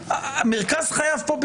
מרכז חייו פה,